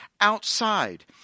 outside